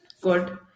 Good